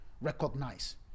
recognize